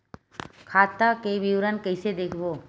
खाता के विवरण कइसे देखबो?